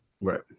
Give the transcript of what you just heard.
Right